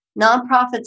nonprofits